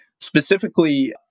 specifically